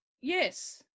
yes